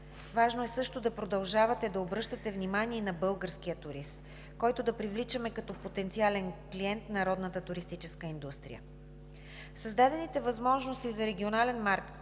Важно е също да продължавате да обръщате внимание и на българския турист, който да привличаме като потенциален клиент на родната туристическа индустрия. Създадените възможности за регионален маркетинг